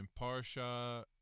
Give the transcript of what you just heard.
Parsha